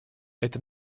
это